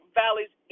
valleys